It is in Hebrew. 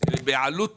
עלות תיאורטית.